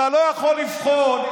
אתה לא יכול לבחון,